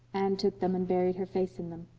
anne took them and buried her face in them.